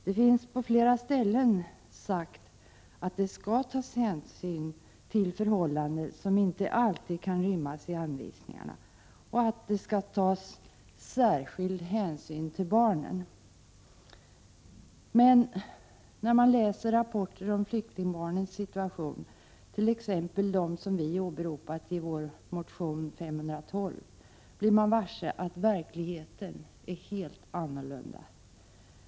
Det sägs på flera ställen att det skall tas hänsyn till förhållanden som inte alltid kan rymmas i anvisningarna och att det skall tas särskild hänsyn till barnen. Men när man läser rapporter om flyktingbarnens situation —t.ex. de som vi åberopat i vår motion Sf512 — blir man varse att verkligheten är helt annorlunda.